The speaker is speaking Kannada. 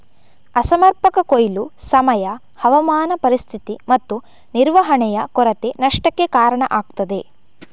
ಅಸಮರ್ಪಕ ಕೊಯ್ಲು, ಸಮಯ, ಹವಾಮಾನ ಪರಿಸ್ಥಿತಿ ಮತ್ತು ನಿರ್ವಹಣೆಯ ಕೊರತೆ ನಷ್ಟಕ್ಕೆ ಕಾರಣ ಆಗ್ತದೆ